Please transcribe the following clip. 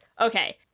Okay